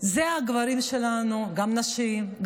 אלה הגברים שלנו, גם נשים.